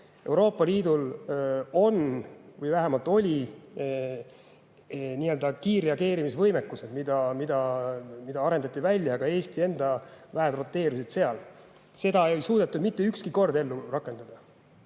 Euroopa Liidul on või vähemalt oli kiirreageerimise võimekus, mida arendati välja, ja ka Eesti enda [üksused] roteerusid seal. Seda ei suudetud mitte ükski kord ellu rakendada.